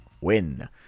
win